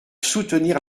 soutenir